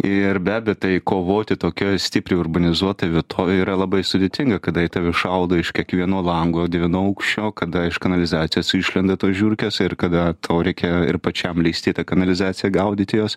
ir be abejo tai kovoti tokioj stipriai urbanizuotoj vietovėj yra labai sudėtinga kada į tave šaudo iš kiekvieno lango devynaukščio kada iš kanalizacijos išlenda tos žiurkės ir kada tau reikia ir pačiam lįst į tą kanalizaciją gaudyti juos